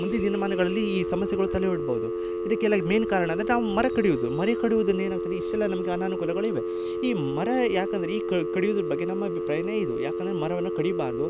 ಮುಂದಿನ ದಿನ್ಮಾನಗಳಲ್ಲಿ ಈ ಸಮಸ್ಯೆಗಳು ತಲೆ ಒಡ್ಬೋದು ಇದಕ್ಕೆಲ್ಲ ಮೇನ್ ಕಾರಣ ಅಂದರೆ ನಾವು ಮರ ಕಡಿಯುದು ಮರೆ ಕಡಿಯುದರಿಂದ ಏನಾಗ್ತದೆ ಇಷ್ಟೆಲ್ಲಾ ನಮಗೆ ಅನಾನುಕೂಲಗಳು ಇವೆ ಈ ಮರ ಯಾಕಂದರೆ ಈ ಕಡಿಯುದ್ರೆ ಬಗ್ಗೆ ನಮ್ಮ ಅಭಿಪ್ರಾಯನೆ ಇದು ಯಾಕಂದರೆ ಮರವನ್ನ ಕಡಿಬಾರದು